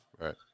Right